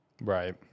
Right